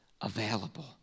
available